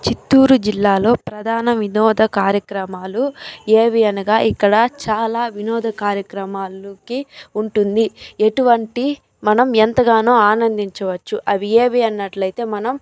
చిత్తూరు జిల్లాలో ప్రధాన వినోద కార్యక్రమాలు ఏవి అనగా ఇక్కడ చాలా వినోద కార్యక్రమాలుకి ఉంటుంది ఎటువంటి మనం ఎంతగానో ఆనందించవచ్చు అవి ఏవి అన్నట్లయితే మనం